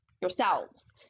yourselves